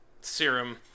serum